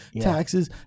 Taxes